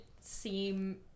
seem